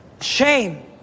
shame